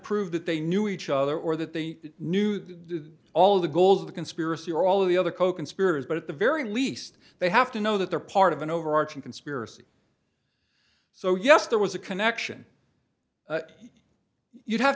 prove that they knew each other or that they knew all of the goals of the conspiracy or all of the other coconspirators but at the very least they have to know that they're part of an overarching conspiracy so yes there was a connection you'd have